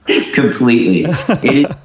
completely